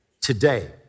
today